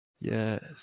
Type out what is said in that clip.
Yes